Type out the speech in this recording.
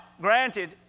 granted